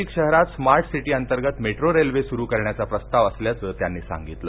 नाशिक शहरात smart city अंतर्गत metro train सुरू करण्याचा प्रस्ताव असल्याचं त्यांनी सांगितलं